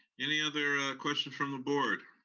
any other questions from the board?